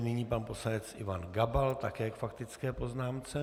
Nyní pan poslanec Ivan Gabal také k faktické poznámce.